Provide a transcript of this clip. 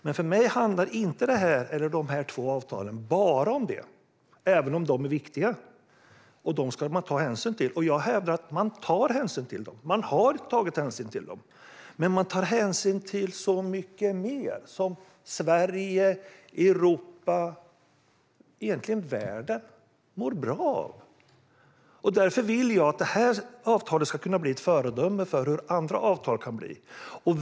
Men för mig handlar dessa två avtal inte bara om detta, även om det är viktigt och man ska ta hänsyn till det. Jag hävdar att man tar hänsyn till dem och att man har tagit hänsyn till dem. Men man tar hänsyn till så mycket mer som Sverige, Europa och egentligen världen mår bra av. Därför vill jag att detta avtal ska kunna bli ett föredöme för hur andra avtal kan bli.